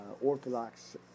Orthodox